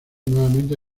nuevamente